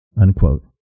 unquote